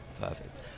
Perfect